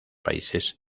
países